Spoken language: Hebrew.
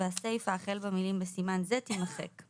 והסיפה החל במילים "בסימן זה" תימחק;